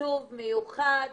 התקצוב המיוחד